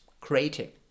creating